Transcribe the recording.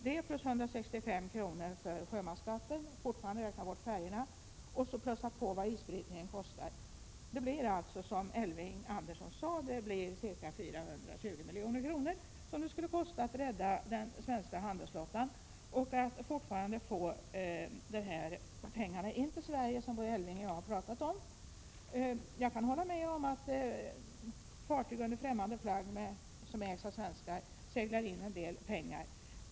Detta plus 165 milj.kr. för sjömansskatten — jag räknar bort färjorna — plus vad isbrytningen kostar blir, som Elving Andersson sade, ca 420 milj.kr. som det skulle kosta att rädda den svenska handelsflottan och att få in de pengar som vi här talat om. Jag kan hålla med om att fartyg under främmande flagg som ägs av svenskar ”seglar in” en del pengar.